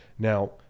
Now